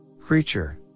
creature